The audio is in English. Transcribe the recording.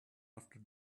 after